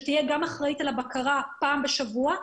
הוועדה תהיה אחראית על הבקרה פעם בשבוע,